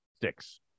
Six